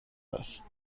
است